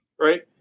Right